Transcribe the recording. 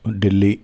Delhi